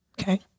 Okay